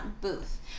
Booth